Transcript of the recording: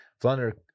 Flounder